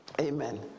amen